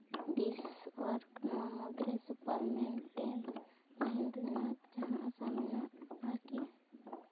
ᱫᱤᱥ ᱚᱣᱟᱨᱠ ᱱᱚᱣᱟ ᱢᱩᱫᱽᱨᱮ ᱥᱩᱯᱟᱞᱢᱮᱱᱴ ᱟᱭᱴᱮᱢ ᱛᱟᱦᱮᱱ ᱨᱮᱱᱟᱜ ᱡᱟᱦᱟᱱ ᱟᱥᱟ ᱢᱮᱱᱟᱜᱼᱟ ᱠᱤ